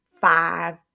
Five